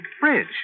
Bridge